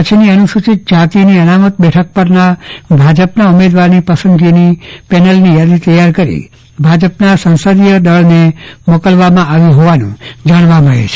કચ્છની અનુસુચિત જાતિની અનામત બેઠક પરના ભાજપના ઉમેદવારની પસંદગીની પેનલની યાદી તૈયાર કરી ભાજપના સંસદીય દળને મોકલવામાં આવી હોવાનું જાણવા મળે છે